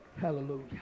Hallelujah